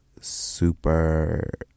super